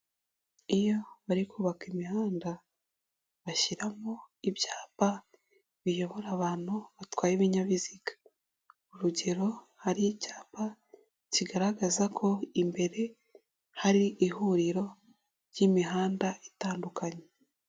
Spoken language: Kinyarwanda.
Iyo bari kubaka imihanda bashyiramo ibyapa biyobora abantu batwaye ibinyabiziga, urugero hari icyapa kigaragaza ko imbere hari ihuriro ry'imihanda itandukanye.